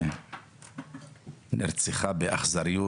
היא נרצחה באכזריות.